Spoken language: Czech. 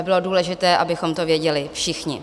Bylo důležité, abychom to věděli všichni.